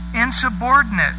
insubordinate